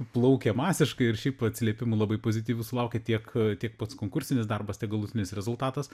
plaukė masiškai ir šiaip atsiliepimų labai pozityvių sulaukė tiek tiek pats konkursinis darbas tiek galutinis rezultatas